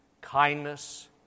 kindness